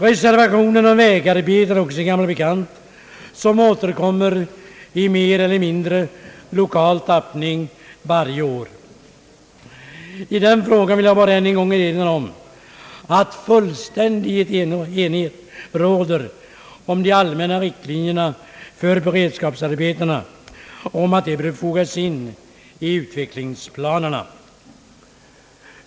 Reservationen om vägarbeten är också en gammal bekant som återkommer i mer eller mindre lokal tappning varje år. I den frågan vill jag bara än en gång erinra om att fullständig enighet råder i de allmänna riktlinjerna för beredskapsarbetena om att dessa bör fogas in i utvecklingsplanerna.